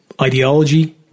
ideology